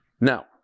Now